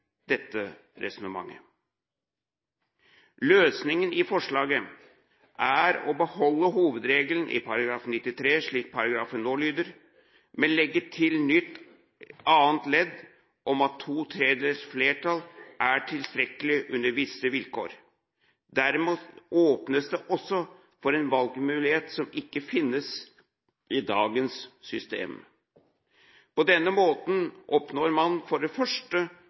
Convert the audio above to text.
dette resonnementet. Løsningen i forslaget er å beholde hovedreglene i § 93 slik paragrafen nå lyder, men legge til nytt annet ledd om at to tredjedels flertall er tilstrekkelig under visse vilkår. Dermed åpnes det også for en valgmulighet som ikke finnes i dagens system. På denne måten oppnår man for det første